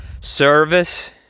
service